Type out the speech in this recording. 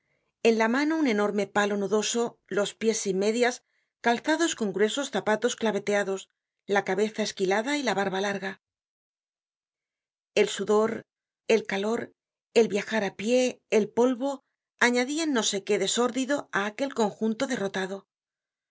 en la mano un enorme palo nudoso los pies sin medias calzados con gruesos zapatos claveteados la cabeza esquilada y la barba larga content from google book search generated at el sudor el calor el viajará pie el polvo anadian no sé qué de sórdido á aquel conjunto derrotado